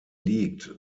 liegt